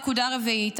נקודה רביעית,